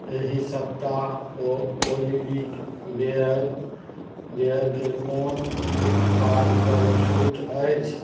एहि सप्ताह ओ ओ लिविक विअर विअरके कोन उत्पादपर छूट अछि